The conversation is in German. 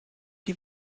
die